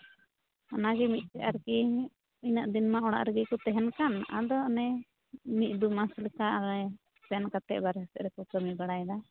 ᱚᱱᱟ ᱜᱮ ᱢᱤᱫᱛᱮ ᱟᱨᱠᱤ ᱤᱱᱟᱹᱜ ᱫᱤᱱ ᱢᱟ ᱚᱲᱟᱜ ᱨᱮᱜᱮ ᱠᱚ ᱛᱟᱦᱮᱱ ᱠᱟᱱ ᱟᱫᱚ ᱚᱱᱮ ᱢᱤᱫ ᱫᱩ ᱢᱟᱥ ᱞᱮᱠᱟ ᱚᱸᱰᱮ ᱥᱮᱱ ᱠᱟᱛᱮᱟᱫ ᱵᱟᱨᱦᱮ ᱥᱮᱫ ᱨᱮᱠᱚ ᱠᱟᱹᱢᱤ ᱵᱟᱲᱟᱭᱫᱟ